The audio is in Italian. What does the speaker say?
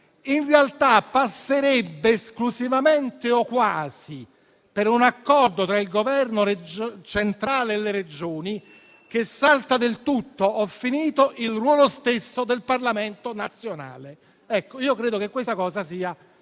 in realtà passerebbe esclusivamente o quasi per un accordo tra il Governo centrale e le Regioni, saltando del tutto il ruolo stesso del Parlamento nazionale. Credo che questo sia